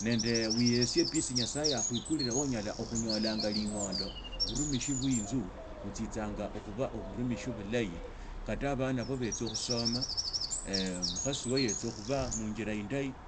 Nende oryosie peace nyasaye akhukurine wa onyala okhunyelanga linyiondo burumishi bee inzu, butsisanga okhuba oburumishi bulahi, kata abana ba bitsakhusoma mukhasi wa yatiakhuba munjira indahi,